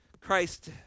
Christ